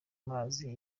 mazi